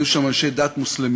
היו שם אנשי דת מוסלמים,